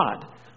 God